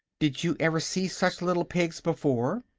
did you ever see such little pigs before?